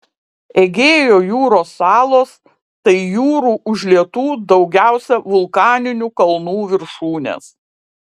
egėjo jūros salos tai jūrų užlietų daugiausiai vulkaninių kalnų viršūnės